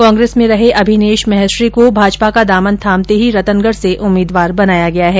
कांग्रेस में रहे अभिनेष महर्षि को भाजपा का दामन थामते ही रतनगढ़ से उम्मीदवार बनाया गया है